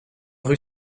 rue